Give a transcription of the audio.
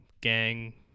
gang